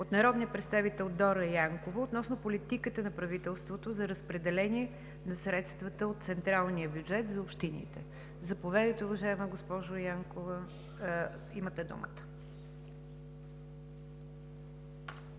от народния представител Дора Янкова относно политиката на правителството за разпределение на средствата от централния бюджет за общините. Заповядайте, уважаема госпожо Янкова, имате думата.